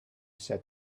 said